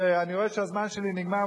ואני רואה שהזמן שלי נגמר,